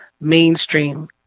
mainstream